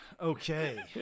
Okay